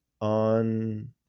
on